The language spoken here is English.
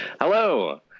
hello